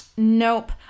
Nope